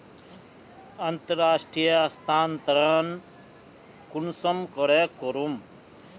अंतर्राष्टीय स्थानंतरण कुंसम करे करूम?